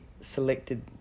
selected